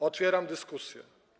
Otwieram dyskusję.